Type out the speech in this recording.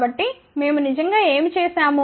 కాబట్టి మేము నిజంగా ఏమి చేసాము